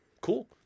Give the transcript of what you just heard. cool